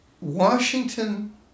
Washington